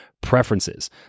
preferences